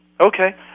Okay